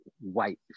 white